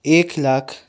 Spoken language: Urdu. ایکھ لاکھ